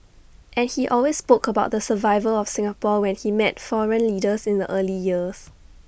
and he always spoke about the survival of Singapore when he met foreign leaders in the early years